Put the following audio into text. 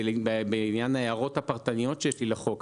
בעניין ההערות הפרטניות שיש לי לחוק.